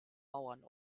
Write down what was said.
bauern